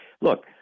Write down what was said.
look